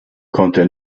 konnte